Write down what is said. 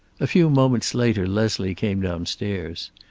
a few moments later leslie came downstairs.